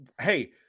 hey